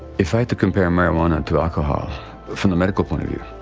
if i had to compare marijuana to alcohol but from the medical point of view,